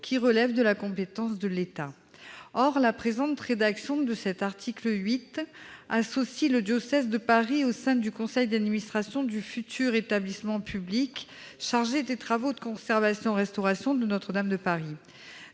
qui relèvent de la compétence de l'État. Or le dispositif de l'article 8 associe le diocèse de Paris au conseil d'administration du futur établissement public chargé des travaux de conservation-restauration de Notre-Dame de Paris.